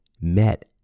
met